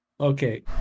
Okay